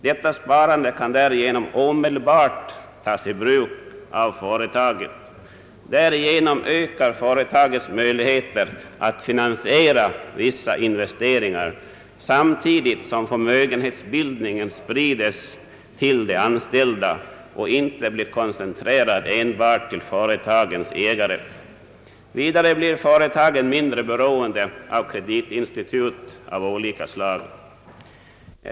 Detta sparande kan därigenom omedelbart tas i bruk av företaget. På detta sätt ökar företagets möjligheter att finansiera vissa investeringar, samtidigt som förmögenhetsbildningen sprides till de anställda och inte blir koncentrerad enbart till företagens ägare. Vidare blir företagen mindre beroende av kreditinstitut av olika slag.